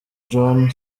john